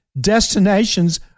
destinations